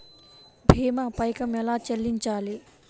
భీమా పైకం ఎలా చెల్లించాలి?